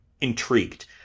intrigued